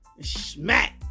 Smack